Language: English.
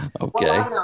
Okay